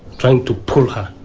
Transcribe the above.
trying to pull her.